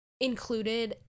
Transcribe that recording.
included